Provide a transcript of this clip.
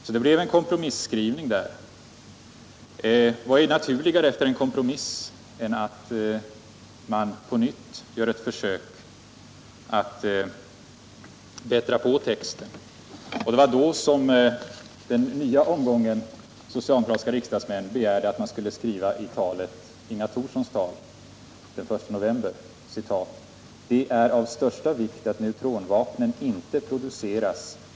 Det blev alltså en kompromisskrivning. Vad är naturligare efter en kompromiss än att man på nytt gör ett försök att bättra på texten? Det var då som den nya omgången av socialdemokratiska riksdagsmän begärde att man i Inga Thorssons tal den 1 november skulle skriva in: ”Det är av största vikt att neutronvapnen inte produceras.